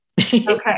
Okay